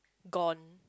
gone